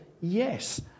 Yes